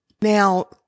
Now